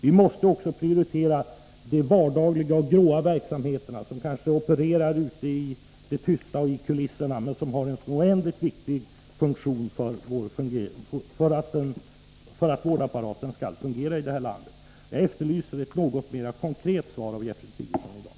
Vi måste också prioritera de vardagliga och gråa verksamheterna, som kanske försiggår i det tysta ute i kulisserna men som har en oändligt viktig funktion för att vårdapparaten i vårt land skall fungera. Jag efterlyser ett något mera konkret svar av Gertrud Sigurdsen.